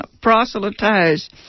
proselytize